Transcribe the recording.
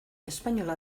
espainola